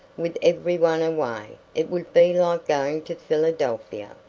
with every one away. it would be like going to philadelphia.